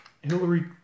Hillary